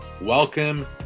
Welcome